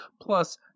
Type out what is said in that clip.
Plus